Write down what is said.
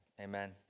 amen